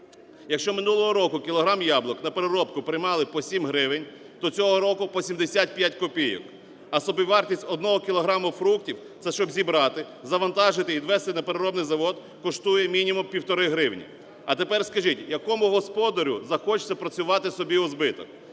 Якщо минулого року кілограм яблук на переробку приймали по 7 гривень, то цього року - по 75 копійок. А собівартість одного кілограму фруктів - це щоб зібрати, завантажити, відвезти на переробний завод, - коштує мінімум півтори гривні. А тепер скажіть, якому господарю захочеться працювати собі у збиток?